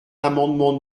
l’amendement